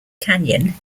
kanyon